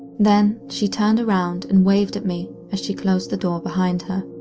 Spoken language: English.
then she turned around and waved at me as she closed the door behind her.